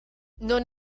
non